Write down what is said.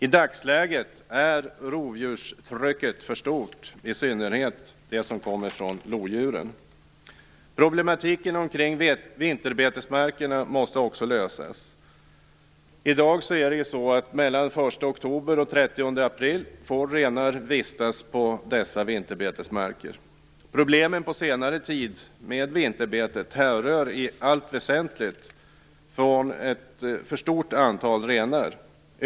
I dagsläget är rovdjurstrycket för stort, i synnerhet från lodjuren. Problemen kring vinterbetesmarkerna måste också lösas. I dag är det så att mellan den 1 oktober och den Problemen med vinterbetet på senare tid härrör i allt väsentligt från ett för stort antal renar.